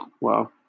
Wow